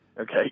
okay